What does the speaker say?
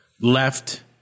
left